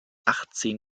achtzehn